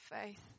faith